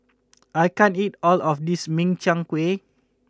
I can't eat all of this Min Chiang Kueh